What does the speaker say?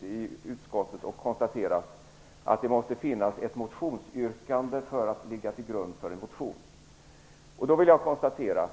i utskottet och konstaterat att det måste finnas ett motionsyrkande som grund för en reservation.